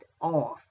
off